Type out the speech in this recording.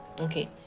Okay